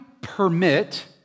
permit